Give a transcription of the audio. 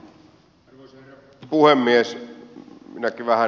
arvoisa herra puhemies